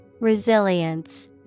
Resilience